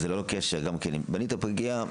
ללא קשר, גם אם בנית פגייה,